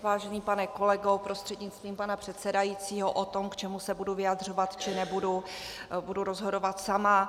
Vážený pane kolego prostřednictvím pana předsedajícího, o tom, k čemu se budu vyjadřovat či nebudu, budu rozhodovat sama.